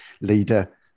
leader